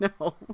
no